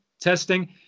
testing